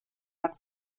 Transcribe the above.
hat